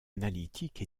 analytique